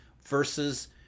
versus